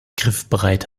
griffbereit